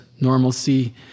normalcy